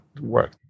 work